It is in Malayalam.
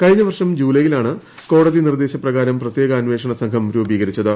കഴിഞ്ഞ വർഷം ജൂലൈയിലാണ് കോടതി നിർദ്ദേശപ്രകാരം പ്രത്യേക അന്വേഷണ സംഘം രൂപീകരിച്ചത്